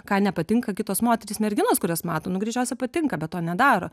ką nepatinka kitos moterys merginos kurias mato nu greičiausia patinka bet to nedaro